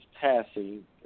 passing